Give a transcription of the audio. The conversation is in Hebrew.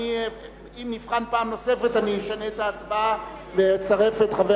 אם נבחן פעם נוספת אני אשנה את ההצבעה ואצרף את חבר